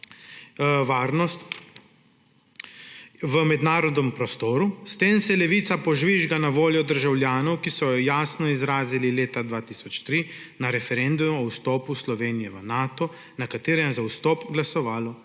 varnost v mednarodnem prostoru. S tem se Levica požvižga na voljo državljanov, ki so jo jasno izrazili leta 2003 na referendumu o vstopu Slovenije v Nato, na katerem je za vstop glasovalo